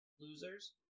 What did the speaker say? Losers